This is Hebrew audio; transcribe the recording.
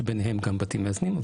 שביניהם גם בתים מאזנים.